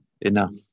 enough